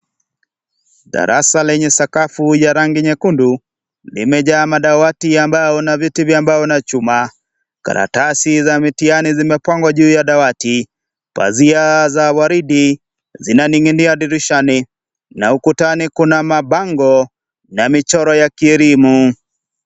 Darasa lenye sakafu ya rangi nyekundu limejaa madawati ya mbao na viti vya mbao na chuma. Karatasi za mitihani zimepangwa juu ya dawati. Pazia za waridi zinaning'inia dirishani, na ukutani Kuna mabango na michoro ya kielimu.